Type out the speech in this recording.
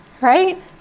right